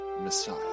Messiah